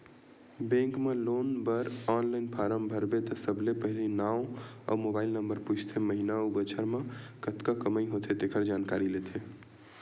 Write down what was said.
bank म loan बर online form भरबे त सबले पहिली नांव अउ मोबाईल नंबर पूछथे, महिना अउ बछर म कतका कमई होथे तेखर जानकारी लेथे